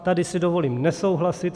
Tady si dovolím nesouhlasit.